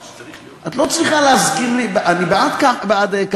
את לא צריכה להזכיר לי, אני בעד כחלון.